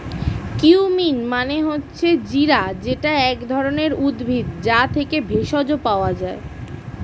cumin মানে হচ্ছে জিরা যেটা এক ধরণের উদ্ভিদ, যা থেকে ভেষজ পাওয়া যায়